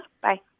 Bye